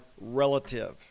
relative